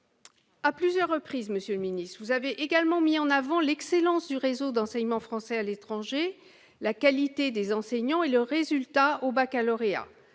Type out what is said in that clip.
À plusieurs reprises, monsieur le ministre, vous avez également mis en avant l'excellence du réseau d'enseignement français à l'étranger, la qualité des enseignants et les résultats au baccalauréat